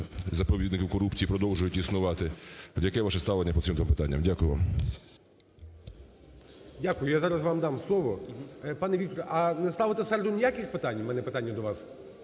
заповідників корупції продовжують існувати. Яке ваше ставлення по цим запитанням? Дякую вам. ГОЛОВУЮЧИЙ. Дякую. Я зараз вам дам слово. Пане Вікторе, а не ставити в середу ніяких питань? У мене питання до вас.